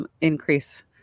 Increase